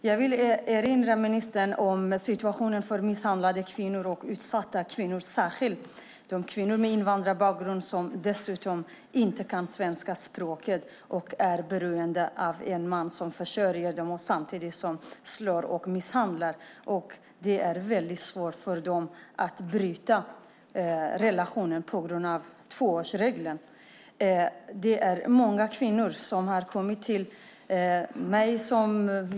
Jag vill erinra ministern om situationen för misshandlade kvinnor och utsatta kvinnor, särskilt de kvinnor med invandrarbakgrund som dessutom inte kan svenska språket och är beroende av en man som försörjer dem samtidigt som han slår och misshandlar. Det är svårt för dem att bryta relationen på grund av tvåårsregeln. Många kvinnor har kommit till mig.